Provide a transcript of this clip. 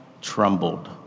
trembled